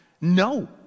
No